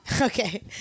Okay